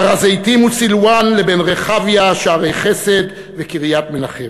הר-הזיתים, סילואן, לרחביה, שערי-חסד וקריית-מנחם.